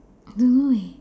don't know leh